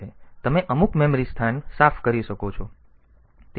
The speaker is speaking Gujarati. તેથી તમે અમુક મેમરી સ્થાન સાફ કરી શકો છો